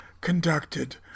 conducted